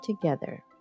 together